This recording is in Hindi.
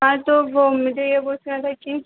हाँ तो वो मुझे यह पूछना था कि